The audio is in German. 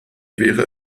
wäre